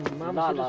manang